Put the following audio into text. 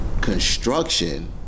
construction